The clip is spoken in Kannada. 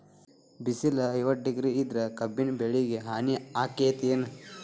ಬಿಸಿಲ ಐವತ್ತ ಡಿಗ್ರಿ ಇದ್ರ ಕಬ್ಬಿನ ಬೆಳಿಗೆ ಹಾನಿ ಆಕೆತ್ತಿ ಏನ್?